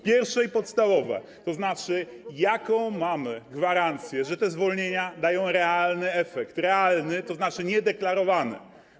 Pierwsze i podstawowe: Jaką mamy gwarancję, że te zwolnienia dają realny efekt, realny, tzn. niedeklarowany?